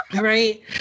Right